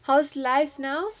how's life now